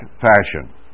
fashion